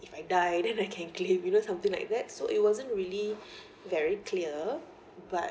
if I die then I can claim you know something like that so it wasn't really very clear but